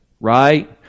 Right